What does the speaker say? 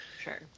Sure